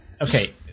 Okay